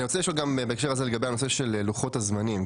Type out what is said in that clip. אני רוצה לשאול בהקשר הזה לגבי לוחות הזמנים,